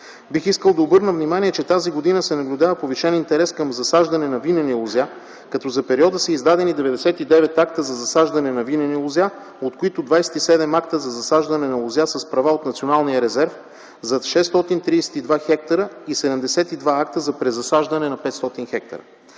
Бих искал да обърна внимание, че тази година се наблюдава повишен интерес към засаждане на винени лозя, като за периода са издадени 99 акта за засаждане на винени лозя, от които 27 за засаждане на лозя с права от националния резерв – за 632 хектара, и 72 акта за презасаждане на 500 хектара.